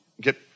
get